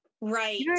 Right